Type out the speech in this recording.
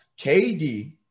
KD